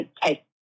take